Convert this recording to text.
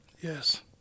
Yes